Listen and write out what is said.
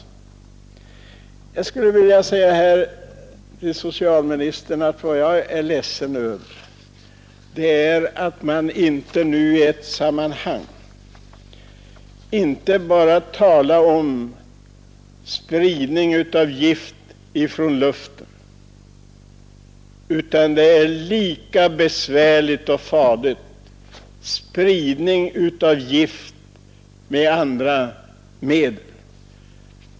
Jag skulle vilja säga herr socialministern att vad jag är ledsen över är att man bara talar om spridning av gift från luften. Det är lika besvärligt och farligt att sprida gift på annat sätt.